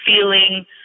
feeling